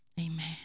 amen